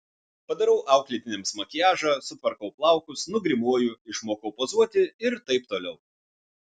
padarau auklėtiniams makiažą sutvarkau plaukus nugrimuoju išmokau pozuoti ir taip toliau